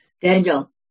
Daniel